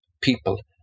people